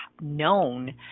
known